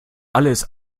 alles